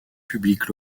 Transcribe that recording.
publiques